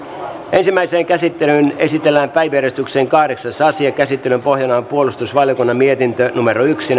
ensimmäiseen käsittelyyn esitellään päiväjärjestyksen kahdeksas asia käsittelyn pohjana on puolustusvaliokunnan mietintö yksi